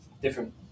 different